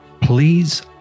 please